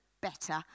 better